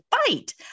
fight